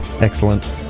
Excellent